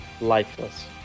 lifeless